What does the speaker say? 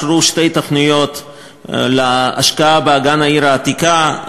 אושרו שתי תוכניות להשקעה באגן העיר העתיקה,